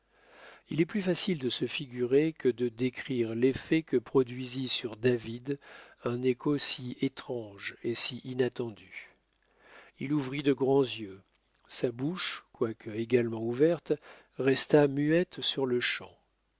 il est plus facile de se figurer que de décrire l'effet que produisit sur david un écho si étrange et si inattendu il ouvrit de grands yeux sa bouche quoique également ouverte resta muette sur-le-champ